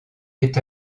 est